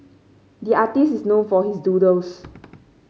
the artist is known for his doodles